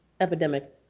epidemic